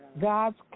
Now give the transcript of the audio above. God's